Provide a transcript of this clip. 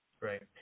Right